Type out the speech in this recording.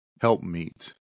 helpmeet